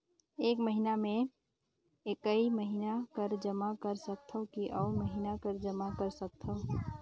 एक महीना मे एकई महीना कर जमा कर सकथव कि अउ महीना कर जमा कर सकथव?